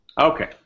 Okay